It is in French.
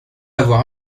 avoir